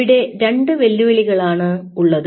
അവിടെ രണ്ട് വെല്ലുവിളികളാണ് ഉള്ളത്